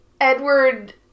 Edward